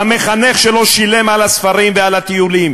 המחנך שלו שילם על הספרים ועל הטיולים,